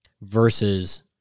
versus